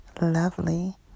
lovely